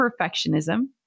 perfectionism